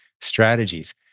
strategies